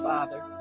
Father